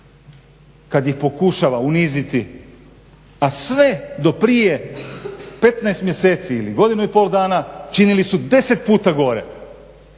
kada ih pokušava uniziti. A sve do prije 15 mjeseci ili godinu i pol dana činili su 10 puta gore.